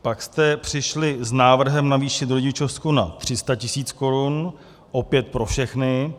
Pak jste přišli s návrhem navýšit rodičovskou na 300 tis. korun opět pro všechny.